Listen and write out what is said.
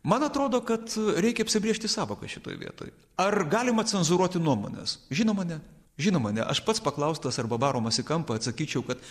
man atrodo kad reikia apsibrėžti sąvokas šitoj vietoj ar galima cenzūruoti nuomones žinoma ne žinoma ne aš pats paklaustas arba varomas į kampą atsakyčiau kad